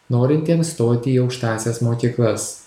norintiems stoti į aukštąsias mokyklas